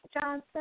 Johnson